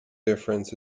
difference